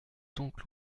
donc